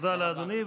תודה לאדוני,